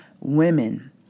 women